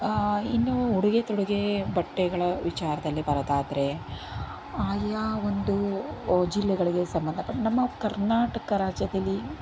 ಇನ್ನು ಉಡುಗೆ ತೊಡುಗೆ ಬಟ್ಟೆಗಳ ವಿಚಾರದಲ್ಲಿ ಬರೋದಾದ್ರೆ ಆಯಾ ಒಂದು ಜಿಲ್ಲೆಗಳಿಗೆ ಸಂಬಂಧಪಟ್ಟ ನಮ್ಮ ಕರ್ನಾಟಕ ರಾಜ್ಯದಲ್ಲಿ